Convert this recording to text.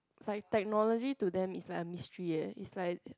it's like technology to them is like a mystery eh it's like